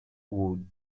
wood